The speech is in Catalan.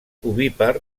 ovípar